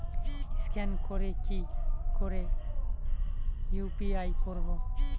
Scan করে কি করে ইউ.পি.আই করবো?